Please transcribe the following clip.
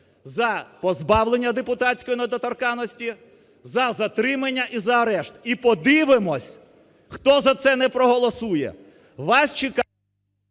за позбавлення депутатської недоторканності, за затримання і за арешт. І подивимось, хто за це не проголосує.